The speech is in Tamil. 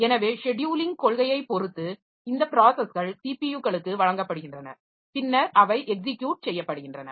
எனவே ஷெட்யுலிங் கொள்கையைப் பொறுத்து இந்த ப்ராஸஸ்கள் ஸிபியுகளுக்கு வழங்கப்படுகின்றன பின்னர் அவை எக்ஸிக்யுட் செய்யப்படுகின்றன